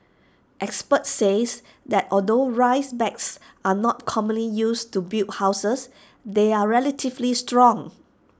experts says that although rice bags are not commonly used to build houses they are relatively strong